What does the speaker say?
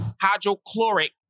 hydrochloric